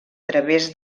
través